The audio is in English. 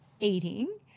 eating